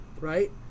right